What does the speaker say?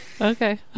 Okay